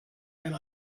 and